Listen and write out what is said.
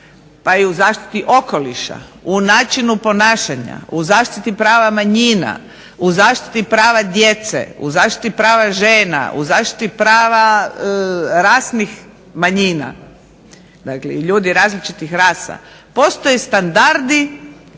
pa i u zaštiti okoliša, u načinu ponašanja, u zaštiti prava manjina, u zaštiti prava djece, u zaštiti prava žena, u zaštiti prava rasnih manjina. Dakle, i ljudi različitih rasa. Postoje standardi